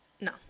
No